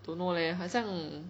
don't know leh 好像